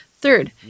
Third